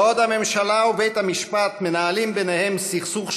בעוד הממשלה ובית המשפט מנהלים ביניהם סכסוך שכנים,